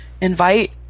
invite